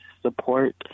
support